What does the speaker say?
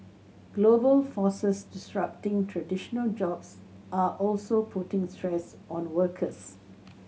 global forces disrupting traditional jobs are also putting stress on workers